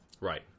Right